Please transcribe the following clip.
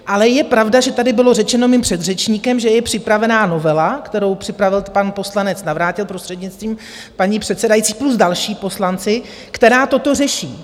Ale je pravda, že tady bylo řečeno mým předřečníkem, že je připravená novela, kterou připravil pan poslanec Navrátil, prostřednictvím paní předsedající, plus další poslanci, která toto řeší.